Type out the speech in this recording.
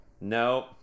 No